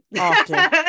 Often